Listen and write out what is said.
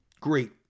great